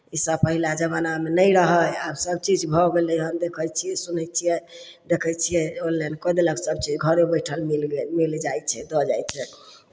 इसभ पहिला जमानामे नहि रहय आब सभ चीज भऽ गेलै हन देखै छियै सुनै छियै देखै छियै ऑनलाइन कऽ देलक सभचीज घरे बैठल मिल गेल मिल जाइ छै दऽ जाइ छै